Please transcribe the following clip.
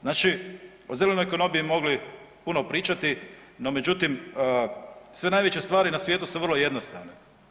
Znači o zelenoj ekonomiji bi mogli puno pričati, no međutim sve najveće stvari na svijetu su vrlo jednostavne.